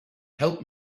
help